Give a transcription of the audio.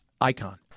icon